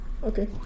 Okay